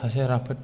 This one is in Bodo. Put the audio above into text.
सासे राफोद